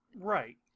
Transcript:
Right